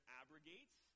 abrogates